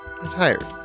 retired